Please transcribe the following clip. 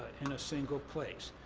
in a single place.